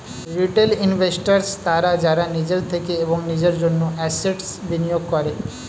retail investors তারা যারা নিজের থেকে এবং নিজের জন্য অ্যাসেট্স্ বিনিয়োগ করে